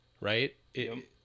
right